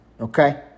Okay